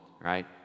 right